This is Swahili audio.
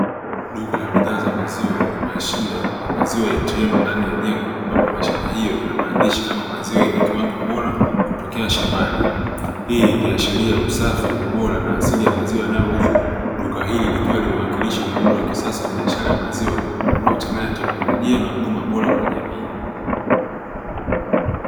Duka la bidhaa za maziwa lenye mashine ya maziwa ATM ndani ya jengo, ambapo mashine hiyo ina maandishi kama “maziwa yenye kiwango bora kutokea shambani.” Hii ikiashiria usafi, ubora na asili ya maziwa yanayouzwa, duka hili likiwa limewakilisha muundo wa kisasa wa kisasa wa biashara ya maziwa unaochanganya teknolojia na huduma bora kwa jamii.